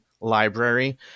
library